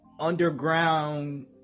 Underground